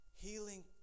Healing